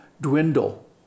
dwindle